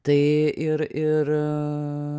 tai ir ir